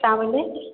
କା ବୋଲେ